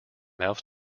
mouth